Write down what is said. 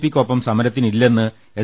പിക്കൊപ്പം സമരത്തിനില്ലെന്ന് എസ്